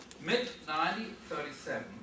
mid-1937